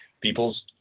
people's